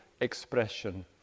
expression